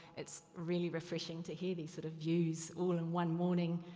it's really refreshing to hear these sort of views all in one morning.